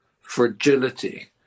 fragility